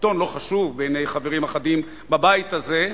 עיתון לא חשוב בעיני חברים אחדים בבית הזה,